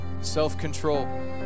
self-control